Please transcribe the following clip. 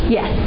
Yes